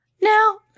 Now